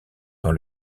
dans